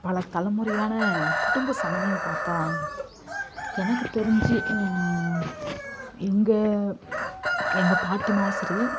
பல தலைமுறையான குடும்ப சமையல்னு பார்த்தா எனக்கு தெரிஞ்சு எங்கள் எங்கள் பாட்டியம்மாவும் சரி